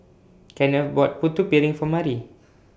Kenneth bought Putu Piring For Mari